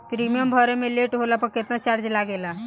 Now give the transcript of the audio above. Premium भरे मे late होला पर केतना चार्ज लागेला?